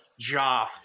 Joff